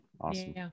awesome